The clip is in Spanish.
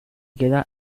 queda